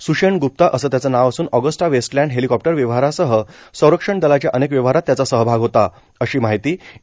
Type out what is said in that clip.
स्षेण ग्प्ता असं त्याचं नाव असून ऑगस्टा वेस्टलँड हेलिकॉप्टर व्यवहारासह संरक्षण दलाच्या अनेक व्यवहारात त्याचा सहभाग होता अशी माहिती ई